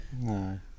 no